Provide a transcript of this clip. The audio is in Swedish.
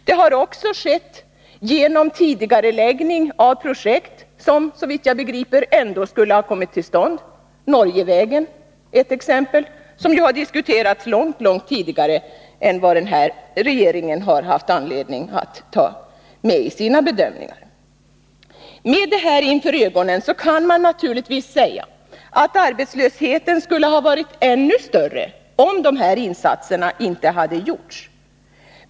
Det har också skett genom tidigareläggning av projekt. Norgevägen är ett exempel som har diskuterats långt tidigare än när denna regering fick anledning att ta med den i sina bedömningar. Med detta inför ögonen kan man naturligtvis säga att arbetslösheten skulle ha varit ännu större om dessa insatser inte hade gjorts.